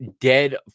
dead